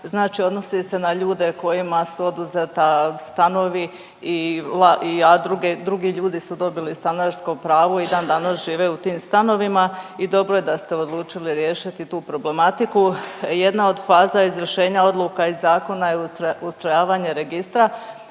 Znači odnosi se na ljude kojima su oduzeta stanovi i a drugi ljudi su dobili stanarsko pravo i dan danas žive u tim stanovima i dobro je da ste odlučili riješiti tu problematiku. Jedna od faza izvršenja odluka iz zakona je ustrojavanje registra